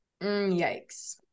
yikes